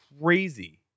crazy